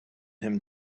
him